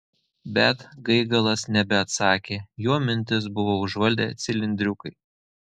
bet gaigalas nebeatsakė jo mintis buvo užvaldę cilindriukai